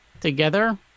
together